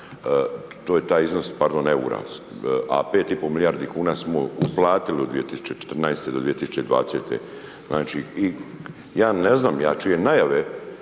to je taj iznos, pardon eura, a 5,5 milijardi kuna smo uplatili u 2014. do 2020. Znači i ja ne znam, ja čujem najave